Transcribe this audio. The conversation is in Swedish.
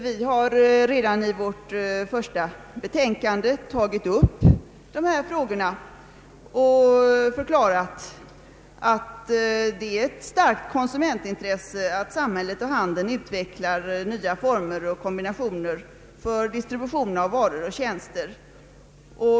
Vi har redan i vårt första betänkande tagit upp dessa frågor och förklarat att det är ett starkt konsumentintresse att samhället och handeln utvecklar nya former och kombinationer för distribution av varor och tjänster.